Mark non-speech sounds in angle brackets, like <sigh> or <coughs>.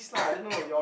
<coughs>